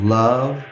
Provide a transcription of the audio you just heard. love